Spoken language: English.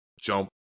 jump